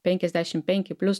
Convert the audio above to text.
penkiasdešimt penki plius